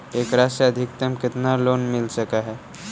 एकरा से अधिकतम केतना लोन मिल सक हइ?